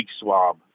swab